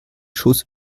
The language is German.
schuss